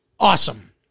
Awesome